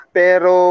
pero